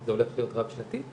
זה הולך להיות רב שנתי.